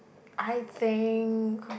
I think